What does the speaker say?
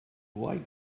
like